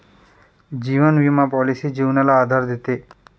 जीवन विमा पॉलिसी जीवनाला आधार देते